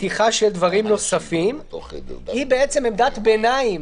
פתיחה של דברים נוספים היא עמדת ביניים,